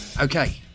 Okay